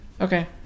Okay